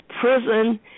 prison